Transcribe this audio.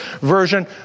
version